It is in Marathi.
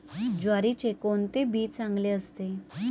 ज्वारीचे कोणते बी चांगले असते?